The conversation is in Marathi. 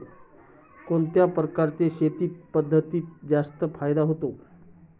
कोणत्या प्रकारच्या शेती पद्धतीत जास्त फायदा होतो?